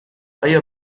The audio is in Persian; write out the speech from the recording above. آیا